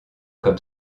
comme